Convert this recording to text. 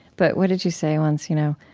but what did you say once, you know,